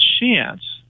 chance